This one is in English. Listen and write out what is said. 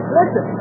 Listen